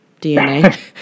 DNA